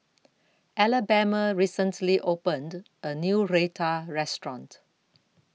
Alabama recently opened A New Raita Restaurant